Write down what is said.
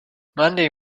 monday